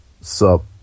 Sup